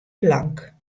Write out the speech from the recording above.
plank